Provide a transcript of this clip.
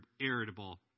irritable